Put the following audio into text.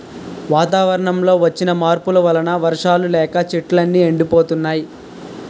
వాతావరణంలో వచ్చిన మార్పుల వలన వర్షాలు లేక చెట్లు అన్నీ ఎండిపోతున్నాయి